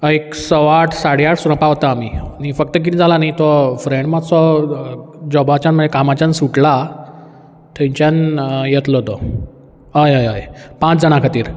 एक सव्वा आठ साडे आठ सुद्दां पावता आमी फक्त कितें जालां न्ही तो फ्रेंड मातसो जॉबाच्यान म्हणल्या कामाच्यान सुटला थंयच्यान येतलो तो हय हय हय पांच जाणां खातीर